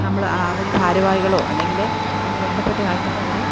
നമ്മൾ അവർ ഭാരവാഹികളോ അല്ലെങ്കിൽ അതിനു വേണ്ടപ്പെട്ട ആൾക്കാരെ അവരെ